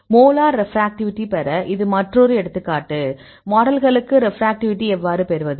molar refractivity பெற இது மற்றொரு எடுத்துக்காட்டு மாடல்களுக்கு ரெப்ராக்டிவிட்டி எவ்வாறு பெறுவது